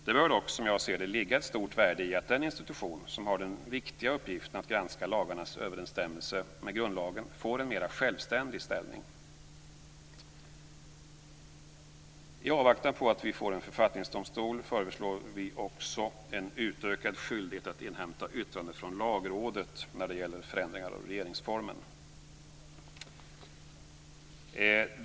Det bör dock, som jag ser det, ligga ett stort värde i att den institution som har den viktiga uppgiften att granska lagarnas överensstämmelse med grundlagen får en mera självständig ställning. I avvaktan på att vi får en författningsdomstol föreslår vi också en utökad skyldighet att inhämta yttrande från Lagrådet när det gäller förändringar av regeringsformen.